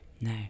no